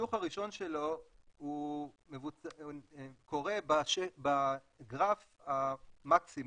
החיתוך הראשון שלו קורה בגרף המקסימום.